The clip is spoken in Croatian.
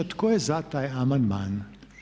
Tko je za taj amandman?